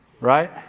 Right